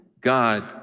God